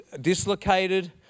dislocated